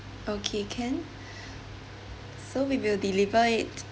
okay can so we will deliver it